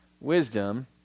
wisdom